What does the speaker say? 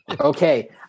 Okay